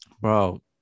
Bro